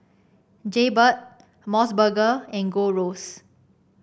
Jaybird MOS burger and Gold Roast